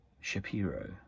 Shapiro